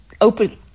open